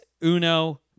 Uno